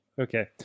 okay